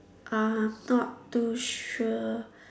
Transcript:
uh not too sure